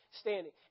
standing